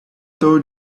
told